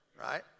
Right